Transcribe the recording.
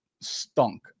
stunk